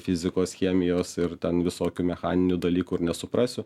fizikos chemijos ir ten visokių mechaninių dalykų ir nesuprasiu